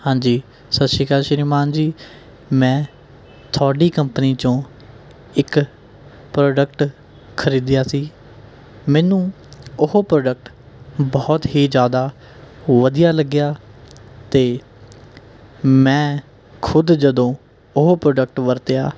ਹਾਂਜੀ ਸਤਿ ਸ਼੍ਰੀ ਅਕਾਲ ਸ਼੍ਰੀਮਾਨ ਜੀ ਮੈਂ ਤੁਹਾਡੀ ਕੰਪਨੀ 'ਚੋਂ ਇੱਕ ਪ੍ਰੋਡਕਟ ਖ੍ਰੀਦਿਆ ਸੀ ਮੈਨੂੰ ਉਹ ਪ੍ਰੋਡਕਟ ਬਹੁਤ ਹੀ ਜ਼ਿਆਦਾ ਵਧੀਆ ਲੱਗਿਆ ਅਤੇ ਮੈਂ ਖੁਦ ਜਦੋਂ ਉਹ ਪ੍ਰੋਡਕਟ ਵਰਤਿਆ